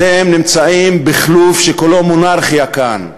אתם נמצאים בכלוב שכולו מונרכיה כאן.